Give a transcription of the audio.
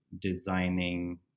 designing